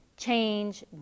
change